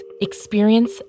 experience